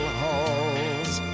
halls